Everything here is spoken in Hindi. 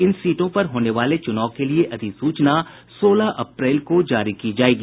इन सीटों पर होने वाले चूनाव के लिए अधिसूचना सोलह अप्रैल को जारी की जायेगी